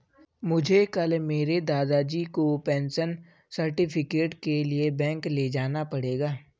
मुझे कल मेरे दादाजी को पेंशन सर्टिफिकेट के लिए बैंक ले जाना पड़ेगा